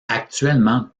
actuellement